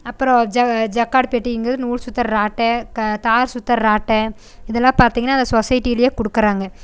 அப்புறோம் ஜ ஜக்காடு பெட்டிங்கிறது நூல் சுத்தற ராட்டை க தார் சுத்தர்ற ராட்டை இதெலாம் பார்த்தீங்கன்னா அந்த சொசைட்டிலேயே கொடுக்கறாங்க